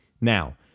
Now